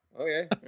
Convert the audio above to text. Okay